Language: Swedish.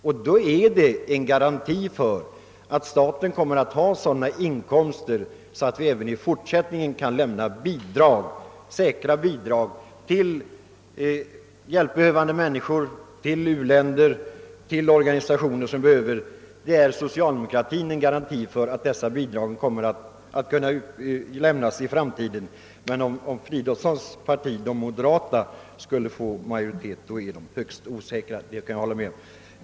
Detta är en garanti för att staten kommer att få sådana inkomster, att den även i fortsättningen kan lämna säkra bidrag till hjälpbehövande människor, till u-länder, till organisationer som behöver den. Socialdemokratin utgör en garanti för att bidragen i framtiden kommer att kunna lämnas. Om herr Fridolfssons parti, moderata samlingspartiet, skulle få majoritet blir situationen högst osäker. Det kan jag hålla med om.